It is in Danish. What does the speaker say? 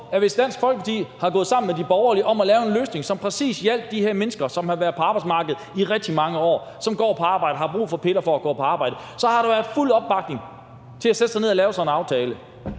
at hvis Dansk Folkeparti var gået sammen med de borgerlige om at lave en løsning, som præcis hjalp de her mennesker, som har været på arbejdsmarkedet i rigtig mange år, og som går på arbejde og har brug for piller for at gå på arbejde, så havde der været fuld opbakning til, at man kunne sætte sig ned og lave sådan en aftale.